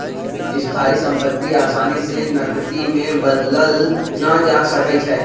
स्थाइ सम्पति असानी से नकदी में बदलल न जा सकइ छै